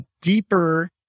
deeper